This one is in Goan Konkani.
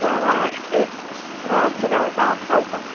राव आं एक मातचें रावात आं हांव पावतां